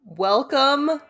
Welcome